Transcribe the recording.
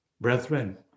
Brethren